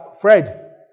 Fred